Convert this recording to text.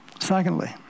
Secondly